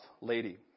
lady